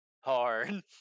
hard